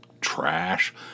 trash